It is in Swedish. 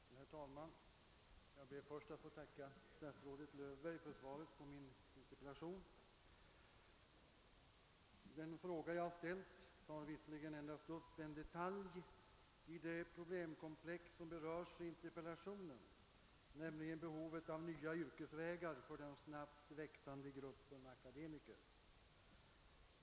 Herr talman! Jag ber först att få tacka statsrådet Löfberg för svaret på min interpellation. Den fråga jag ställt tar endast upp en detalj i det problemkomplex som berörs i interpellationen, nämligen behovet av nya yrkesvägar för den snabbt växande gruppen akademiker.